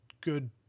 good